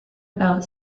about